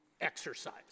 exercise